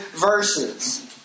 verses